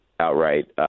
outright